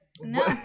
No